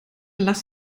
lasst